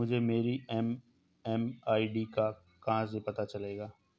मुझे मेरी एम.एम.आई.डी का कहाँ से पता चलेगा?